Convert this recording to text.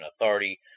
authority